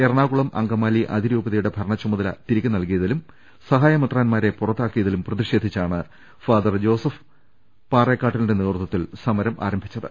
എറ ണാകുളം അങ്കമാലി അതിരൂപതയുടെ ഭരണച്ചുമതല തിരികെ നൽകി യതിലും സഹായമെത്രാന്മാരെ പുറത്താക്കിയതിലും പ്രതിഷേധിച്ചാണ് ഫാദർ ജോസഫ് പാറേക്കാട്ടിലിന്റെ നേതൃത്വത്തിൽ സമരം ആരംഭി ച്ചത്